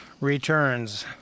returns